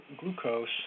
glucose